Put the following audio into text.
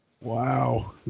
Wow